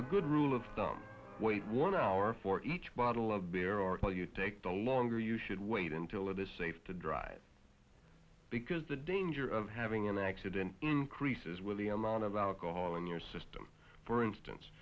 a good rule of thumb wait one hour for each bottle of beer or you take the longer you should wait until it is safe to drive because the danger of having an accident increases with the amount of alcohol in your system for instance